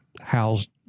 housed